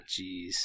jeez